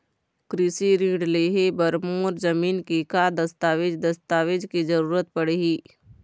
कृषि ऋण लेहे बर मोर जमीन के का दस्तावेज दस्तावेज के जरूरत पड़ही?